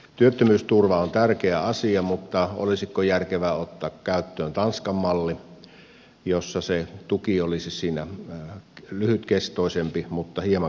työttömyysturva on tärkeä asia mutta olisiko järkevää ottaa käyttöön tanskan malli jolloin se tuki olisi lyhytkestoisempi mutta hieman korkeampi